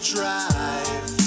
Drive